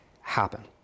happen